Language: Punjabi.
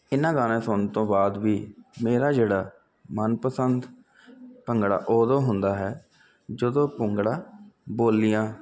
ਇਨ੍ਹਾਂ ਗਾਣੇ ਸੁਣਨ ਤੋਂ ਬਾਅਦ ਵੀ ਮੇਰਾ ਜਿਹੜਾ ਮਨਪਸੰਦ ਭੰਗੜਾ ਓਦੋਂ ਹੁੰਦਾ ਹੈ ਜਦੋਂ ਭੰਗੜਾ ਬੋਲੀਆਂ